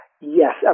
Yes